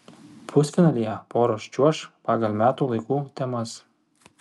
pusfinalyje poros čiuoš pagal metų laikų temas